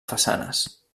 façanes